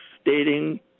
stating